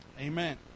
Amen